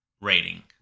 rating